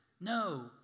No